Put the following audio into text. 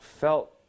felt